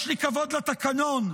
יש לי כבוד לתקנון,